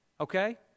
okay